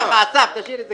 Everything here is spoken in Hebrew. תשאיר, תשאיר את זה.